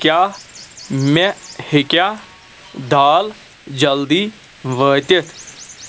کیٛاہ مےٚ ہیکیٛاہ دال جلدٕی وٲتِتھ